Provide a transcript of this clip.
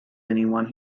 anyone